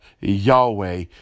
Yahweh